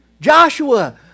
Joshua